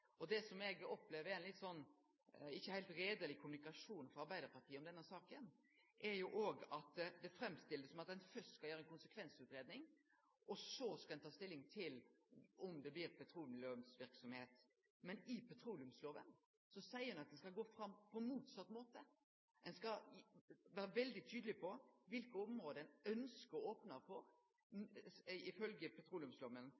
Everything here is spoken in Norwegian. Det som eg opplever som ein ikkje heilt reieleg kommunikasjon frå Arbeidarpartiet i denne saka, er at ein framstiller det slik at ein først skal gjere ei konsekvensutgreiing, og så skal ein ta stilling til om det blir petroleumsverksemd. Men i petroleumsloven står det at ein skal gå fram på motsett måte. Ein skal vere veldig tydeleg på kva for område ein ønskjer å opne, ifølgje petroleumsloven. Før opning av nye område med sikte på